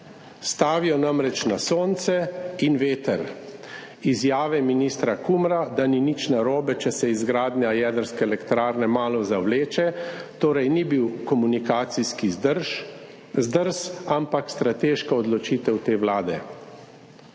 Stavijo namreč na sonce in veter. Izjave ministra Kumra, da ni nič narobe, če se izgradnja jedrske elektrarne malo zavleče, torej ni bil komunikacijski zdrs, ampak strateška odločitev te vlade.